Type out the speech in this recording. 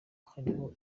hariho